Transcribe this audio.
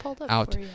out